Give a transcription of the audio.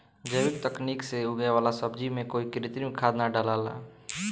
जैविक तकनीक से उगे वाला सब्जी में कोई कृत्रिम खाद ना डलाला